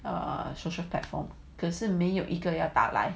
err social platform 可是没有一个要打来